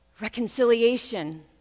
Reconciliation